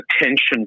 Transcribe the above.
attention